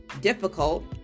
difficult